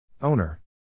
Owner